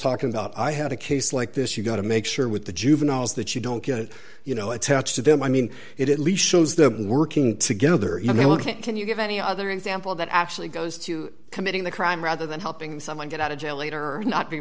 talking about i had a case like this you got to make sure with the juveniles that you don't get you know attached to them i mean it at least shows them working together and they look at can you give any other example that actually goes to committing the crime rather than helping someone get out of jail later or not be